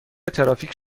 ترافیک